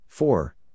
Four